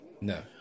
No